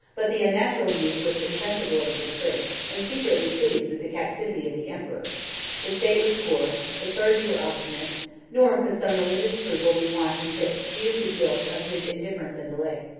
but the unnatural youth was insensible of the disgrace, and secretly pleased with the captivity of the emperor the state was poor, the clergy were obstinate nor could some religious scruple be wanting to excuse the guilt of his indifference and delay.